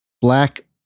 black